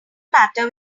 matter